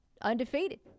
undefeated